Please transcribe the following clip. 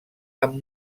amb